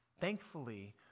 Thankfully